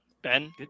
Ben